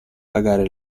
pagare